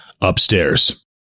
upstairs